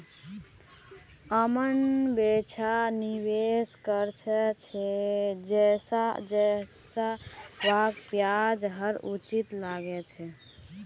अमन वैछा निवेश कर छ जैछा वहाक ब्याज दर उचित लागछे